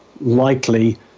likely